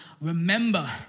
remember